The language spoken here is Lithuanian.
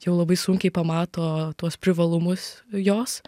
jau labai sunkiai pamato tuos privalumus jos